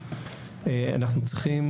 אנחנו צריכים